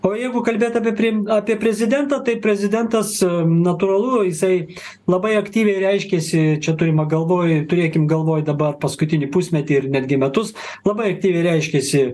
o jeigu kalbėti apie prim apie prezidentą tai prezidentas natūralu jisai labai aktyviai reiškėsi čia turima galvoj turėkim galvoj dabar paskutinį pusmetį ir netgi metus labai aktyviai reiškėsi